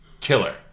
killer